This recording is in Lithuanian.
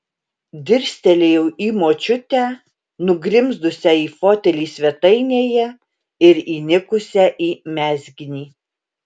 dirstelėjau į močiutę nugrimzdusią į fotelį svetainėje ir įnikusią į mezginį